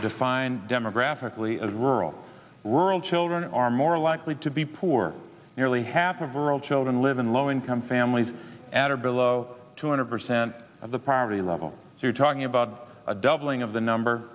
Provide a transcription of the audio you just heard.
are defined demographically as rural rural children are more likely to be poor nearly half of rural children live in low income families at or below two hundred percent of the poverty level so we're talking about a doubling of the number